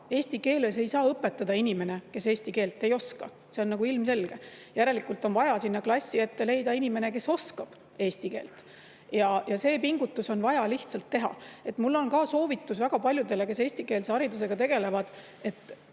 Eesti keeles ei saa õpetada inimene, kes eesti keelt ei oska, see on ilmselge. Järelikult on vaja sinna klassi ette leida inimene, kes oskab eesti keelt. See pingutus on vaja lihtsalt teha. Mul on ka soovitus väga paljudele, kes eestikeelse haridusega tegelevad.